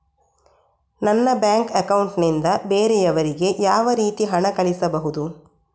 ನನ್ನ bank account ನಿಂದ ಬೇರೆಯವರಿಗೆ ಯಾವ ರೀತಿ ಹಣ ಕಳಿಸಬಹುದು?